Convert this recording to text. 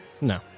No